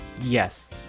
Yes